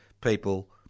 people